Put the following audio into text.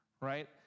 right